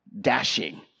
dashing